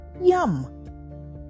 Yum